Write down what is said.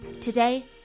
Today